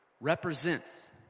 represents